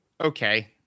Okay